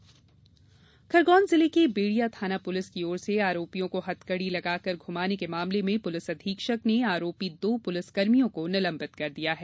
निलंबन खरगोन जिले के बेड़िया थाना पुलिस की ओर से आरोपियों को हथकड़ी लगाकर घुमाने के मामले में पुलिस अधीक्षक ने आरोपी दो पुलिस कर्मियों को निलंबित कर दिया है